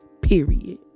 period